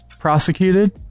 prosecuted